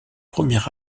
premier